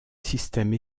système